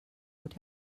would